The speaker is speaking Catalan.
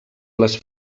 les